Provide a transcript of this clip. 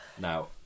Now